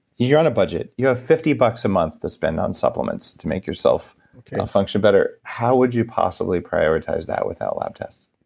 you're on a budget, you have fifty bucks a month to spend on supplements to make yourself function better. how would you possibly prioritize that without lab tests?